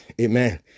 amen